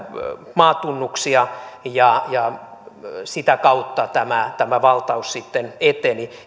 maatunnuksia ja ja sitä kautta tämä tämä valtaus sitten eteni